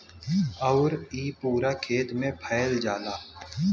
आउर इ पूरा खेत मे फैल जाला